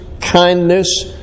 kindness